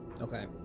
okay